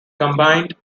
combined